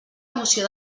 moció